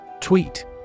Tweet